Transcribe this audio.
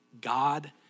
God